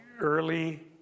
early